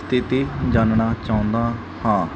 ਸਥਿਤੀ ਜਾਣਨਾ ਚਾਹੁੰਦਾ ਹਾਂ